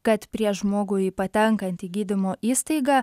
kad prieš žmogui patenkant į gydymo įstaigą